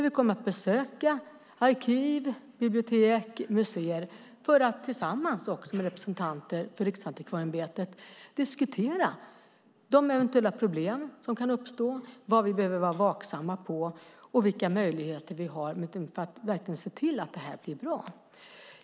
Vi kommer att besöka arkiv, bibliotek och museer för att tillsammans med representanter för Riksantikvarieämbetet diskutera de eventuella problem som kan uppstå, vad vi behöver vara vaksamma på och vilka möjligheter vi har för att verkligen se till att detta blir bra.